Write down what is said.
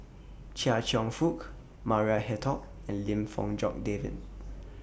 Chia Cheong Fook Maria Hertogh and Lim Fong Jock David